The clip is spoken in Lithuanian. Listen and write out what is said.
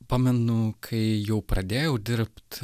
pamenu kai jau pradėjau dirbt